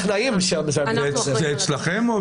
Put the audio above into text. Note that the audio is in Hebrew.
זה אצלכם?